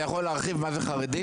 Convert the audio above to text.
אתה יכול להרחיב מה זה חרדים?